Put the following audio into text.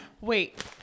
Wait